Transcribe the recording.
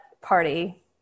party